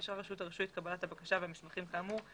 אישרה רשות הרישוי את קבלת הבקשה והמסמכים כאמור,